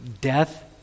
death